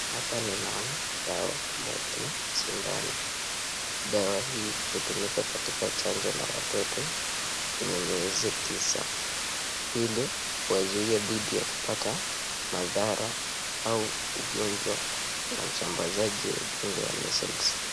Hapa ninaona dawa pamoja na shidano , dawa hii utumika katika chanjo la watoto wenye miezi tisa ilikuwazuia dhidi ya kupata madhara au ugonjwa na usambazaji wa ugonjwa wa measles,(cs).